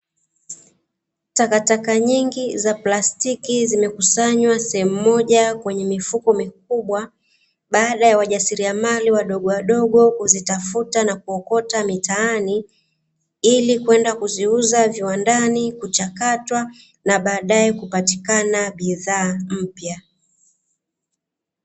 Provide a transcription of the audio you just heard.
takataka nyingi za plastiki zimekusanywa sehemu moja kwenye mifuko mikubwa, baada ya wajasiriamali wadogowadogo kuzitafuta na kuziokota mitaani ili kwenda kuziuza viwandani ,kuchakatwa na baadae kupatikana bidhaa mpya.